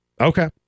Okay